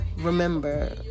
remember